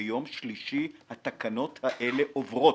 שביום שלישי התקנות האלה עוברות,